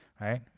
right